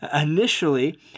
initially